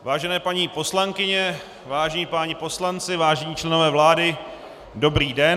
Vážené paní poslankyně, vážení páni poslanci, vážení členové vlády, dobrý den.